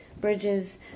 bridges